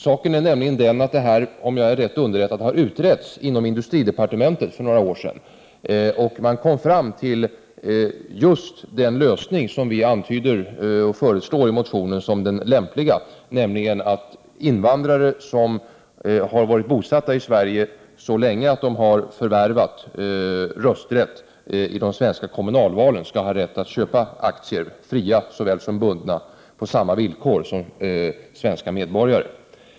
Om jag är riktigt underrättad har denna fråga nämligen utretts inom industridepartementet för några år sedan, och man kom då fram till just den lösning som folkpartiet i motionen föreslår som den lämpliga, nämligen att invandrare som har varit bosatta i Sverige så länge att de har förvärvat rösträtt i de svenska kommunalvalen skall ha rätt att köpa aktier, fria såväl som bundna, på samma villkor som svenska medborgare.